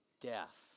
death